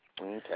Okay